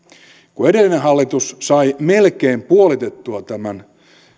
kun edellinen hallitus sai melkein puolitettua tämän